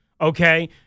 Okay